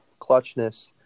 clutchness